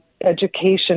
education